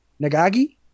nagagi